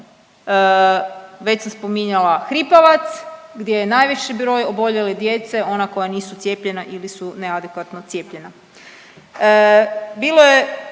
već sam spominjala hripavac gdje je najviši broj oboljele djece, ona koja nisu cijepljena ili su neadekvatno cijepljena.